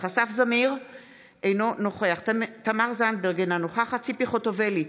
אינה נוכחת סעיד אלחרומי,